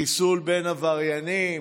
חיסול בין עבריינים.